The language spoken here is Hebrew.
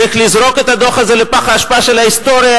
צריך לזרוק את הדוח הזה לפח האשפה של ההיסטוריה,